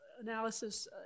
analysis